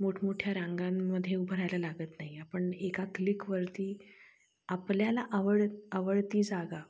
मोठमोठ्या रांगांमध्ये उभं राहायला लागत नाही आपण एका क्लिकवरती आपल्याला आवड आवडती जागा